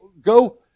go